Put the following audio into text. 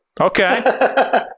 Okay